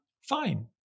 Fine